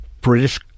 British